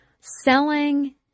selling